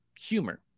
humor